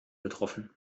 betroffen